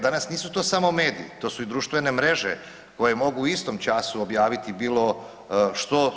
Danas nisu to samo mediji, to su i društvene mreže koje mogu u istom času objaviti bilo što.